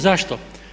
Zašto?